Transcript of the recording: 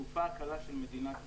לתעופה הקלה של מדינת ישראל.